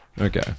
Okay